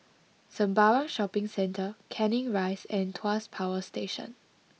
Sembawang Shopping Centre Canning Rise and Tuas Power Station